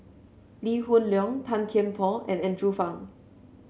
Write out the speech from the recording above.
Lee Hoon Leong Tan Kian Por and Andrew Phang